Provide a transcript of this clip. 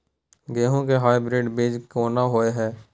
गेहूं के हाइब्रिड बीज कोन होय है?